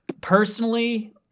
personally